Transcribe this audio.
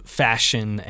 fashion